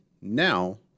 now